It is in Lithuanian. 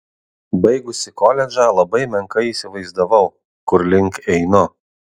baigusi koledžą labai menkai įsivaizdavau kur link einu